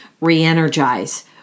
re-energize